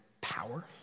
power